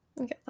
Okay